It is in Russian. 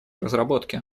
разработки